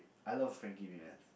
I love Frankie-Muniz